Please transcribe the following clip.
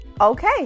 Okay